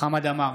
חמד עמאר,